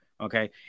Okay